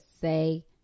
say